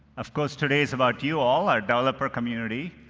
of course, today's about you all, our developer community.